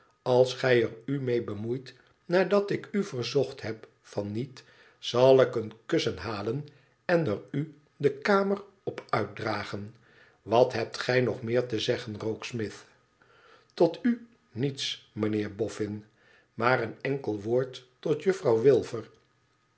als gij er u mee bemoeit nadat ik u verzocht heb van niet zal ik een kussen halen en er u de kamer op uitdragen wat hebt gij nog meer te zeggen rokesmith tot u niets mijnheer boffin maar een enkel woord tot juffrouw